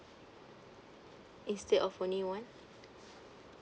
instead of only one